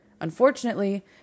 Unfortunately